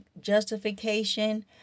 justification